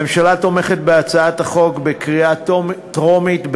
הממשלה תומכת בהצעת החוק בקריאה טרומית,